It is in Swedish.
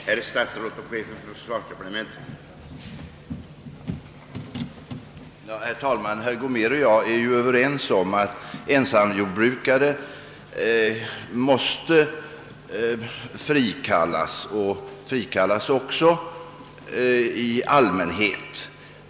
Herr talman! Herr Gomér och jag är ju överens om att ensamjordbrukare måste frikallas, och så sker även i all mänhet.